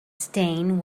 stain